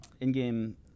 in-game